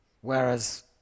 Whereas